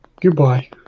Goodbye